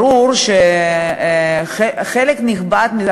ברור שחלק נכבד מזה,